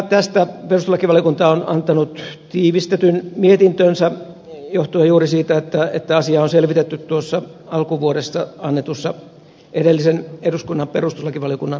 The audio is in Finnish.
tästä perustuslakivaliokunta on antanut tiivistetyn mietintönsä johtuen juuri siitä että asiaa on selvitetty tuossa alkuvuodesta annetussa edellisen eduskunnan perustuslakivaliokunnan mietinnössä